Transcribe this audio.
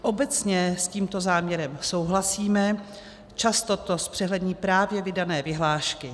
Obecně s tímto záměrem souhlasíme, často to zpřehlední právě vydané vyhlášky.